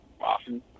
often